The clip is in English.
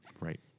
right